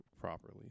properly